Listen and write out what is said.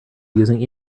using